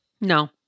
No